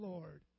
Lord